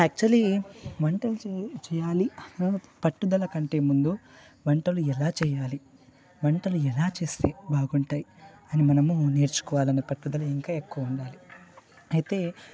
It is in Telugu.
యాక్చువలి వంట చేయడం చేయాలి అనే పట్టుదల కంటే ముందు వంటలు ఎలా చేయాలి వంటలు ఎలా చేస్తే బాగుంటాయి అని మనము నేర్చుకోవాలి అనే పట్టుదల ఇంకా ఎక్కువ ఉండాలి అయితే